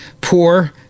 poor